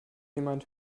jemand